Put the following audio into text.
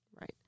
Right